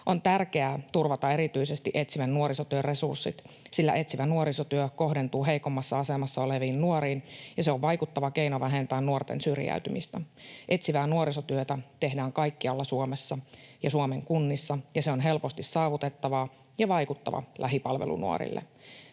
On tärkeää turvata erityisesti etsivän nuorisotyön resurssit, sillä etsivä nuorisotyö kohdentuu heikoimmassa asemassa oleviin nuoriin ja se on vaikuttava keino vähentää nuorten syrjäytymistä. Etsivää nuorisotyötä tehdään kaikkialla Suomessa ja Suomen kunnissa, ja se on helposti saavutettava ja vaikuttava lähipalvelu nuorille.